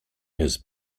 his